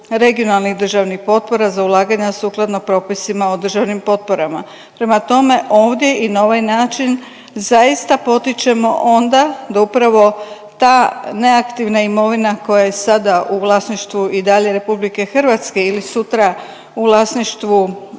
regionalnih državnih potpora za ulaganja, sukladno propisima o državnim potporama. Prema tome ovdje i na ovaj način zaista potičemo onda da upravo ta neaktivna imovina koja je sada u vlasništvu i dalje RH ili sutra u vlasništvu